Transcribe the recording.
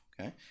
Okay